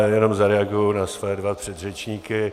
Jenom zareaguji na své dva předřečníky.